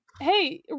hey